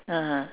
(uh huh)